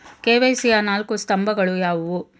KYC ಯ ನಾಲ್ಕು ಸ್ತಂಭಗಳು ಯಾವುವು?